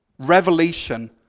revelation